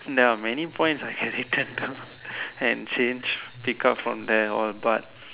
there are many points I can hated to and change pick up from there all but